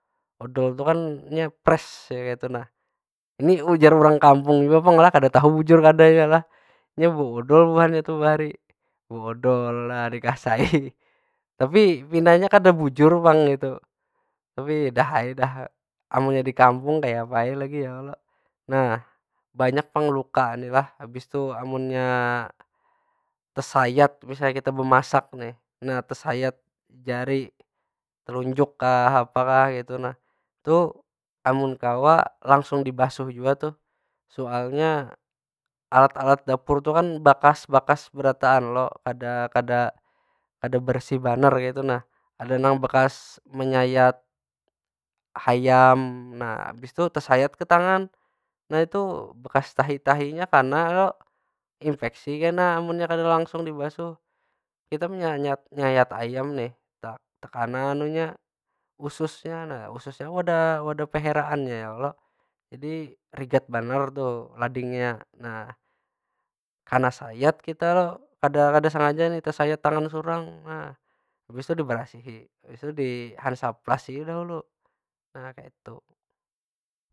Odol tu kan nya fresh kaytu nah. Ini ujar urang kampung jua pang lah, kada tahu bujur kadanya lah. Nya beodol buhannya tu bahari. Beodol lah dikasai, tapi pinanya kada bujur pang itu, tapi dah ai dah. Amunnya di kampung kayapa ai algi ya kalo? Nah, bayak pang luka ni lah. Habis tu amunnya tesayat misalnya kita bemasak ni, nah tesayat jari telunjuk kah apa kah. Amun kawa langsung dibasuh jua tuh. Soalnya alat- alat dapur tu kan bakas- bakas berataan lo. Kada- kada- kada bersih banar kaytu nah, ada nang bekas menyayat hayam, nah habis tu kesayat ke tangan. Nah itu bekas tahi- tahinya kana lo? Inpeksi kena lamun kada langsung dibasuh. Kita nyayat ayam nih, takana ususnya. Nah ususnya kan wadah- wadah paheraannya ya kalo? Jadi rigat banar tu ladingnya. Nah, kana sayat kita lo, kada- kada sengaja nih tesayat tangan surang. Habis tu dibarasihi, habis tu dihandsaplasi dahulu, nah kaytu.